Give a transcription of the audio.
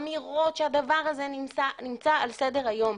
אמירות שהדבר הזה נמצא על סדר היום.